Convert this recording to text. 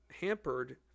hampered